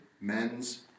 Men's